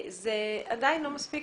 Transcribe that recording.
זה עדיין לא מספיק.